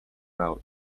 out